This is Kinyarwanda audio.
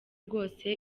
rwose